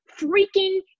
freaking